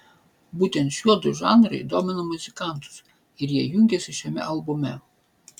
būtent šiuodu žanrai domina muzikantus ir jie jungiasi šiame albume